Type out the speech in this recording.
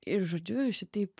ir žodžiu šitaip